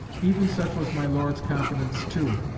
even such was my lord's confidence too,